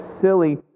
silly